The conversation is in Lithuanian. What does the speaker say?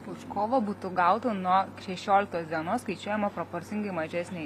už kovą būtų gauta nuo šešioliktos dienos skaičiuojama proporcingai mažesnė